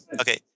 okay